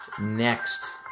next